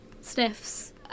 sniffs